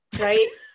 right